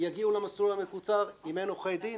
יגיעו למסלול המקוצר אם אין עורכי דין